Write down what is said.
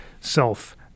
self